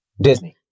Disney